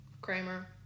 Kramer